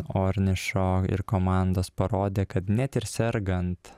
ornišo ir komandos parodė kad net ir sergant